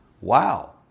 Wow